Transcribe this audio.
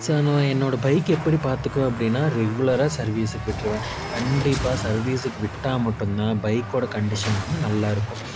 sir நான் என்னோடய பைக்கை எப்படி பார்த்துக்குவேன் அப்படின்னா ரெகுலராக சர்வீஸுக்கு விட்டிருவேன் கண்டிப்பாக சர்வீஸுக்கு விட்டால் மட்டும்தான் பைக்கோடய கண்டிஷன் வந்து நல்லா இருக்கும்